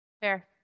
Fair